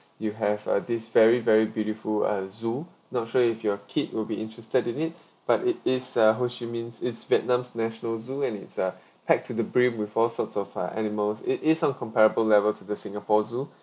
you have uh this very very beautiful uh zoo not sure if your kid will be interested in it but it is a ho chi minh's it's vietnam's national zoo and it's uh packed to the brim with all sorts of uh animals it is sort of comparable level to the singapore zoo